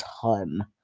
ton